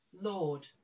Lord